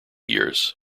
years